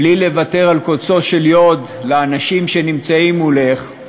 בלי לוותר על קוצו של יו"ד לאנשים שנמצאים מולך,